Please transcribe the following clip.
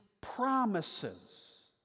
promises